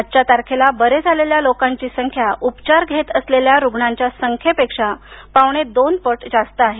आजच्या तारखेला बरे झालेल्या लोकांची संख्या उपचार घेत असलेल्या रुग्णांच्या संख्येपेक्षा पावणेदोनपट जास्त आहे